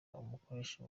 umukoresha